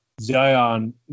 Zion